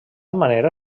manera